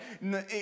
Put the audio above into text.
no